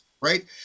right